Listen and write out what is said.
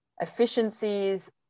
efficiencies